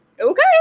okay